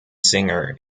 singer